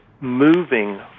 moving